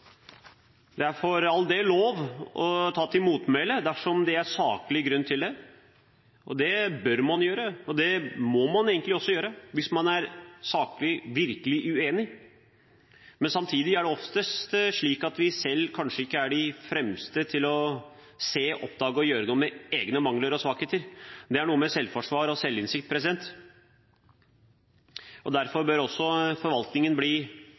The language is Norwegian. Det er for all del lov å ta til motmæle dersom det er saklig grunn til det. Det bør man gjøre, og det må man egentlig også gjøre hvis man virkelig er saklig uenig. Men samtidig er det oftest slik at vi selv kanskje ikke er de fremste til å se, oppdage og gjøre noe med egne mangler og svakheter. Det er noe med selvforsvar og selvinnsikt. Derfor bør kanskje også forvaltningen i noen tilfeller bli